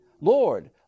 Lord